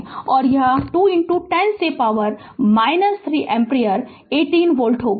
और यह 210 से पावर 3 एम्पीयर 18 वोल्ट है